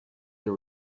the